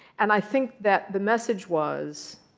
and i think that the message was,